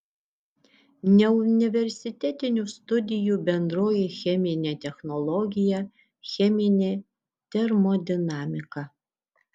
neuniversitetinių studijų bendroji cheminė technologija cheminė termodinamika